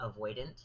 avoidant